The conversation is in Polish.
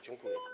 Dziękuję.